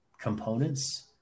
components